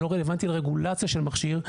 זה לא רלוונטי לרגולציה של מכשיר,